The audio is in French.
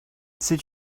c’est